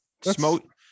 smoke